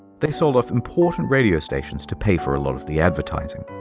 they sold off important radio stations to pay for a lot of the advertising.